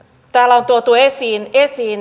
tällä on tuotu esiin esiin